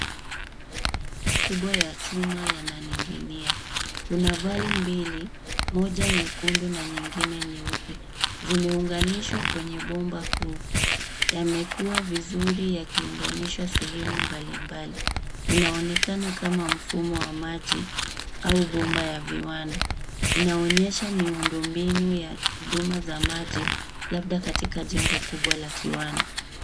Kwa kubwa ya chuma yananinginia. Una vali mbili, moja nyekundu na nyingine nyeupe, zimeunganishwa kwenye bomba kuu, yamekuwa vizuri yakiunganishwa sehemu mbalimbali. Inaonekana kama mfumo wa maji au bomba ya viwanda. Inaonyesha miundombinu ya huduma za maji labda katika jengo kubwa la kiwanda.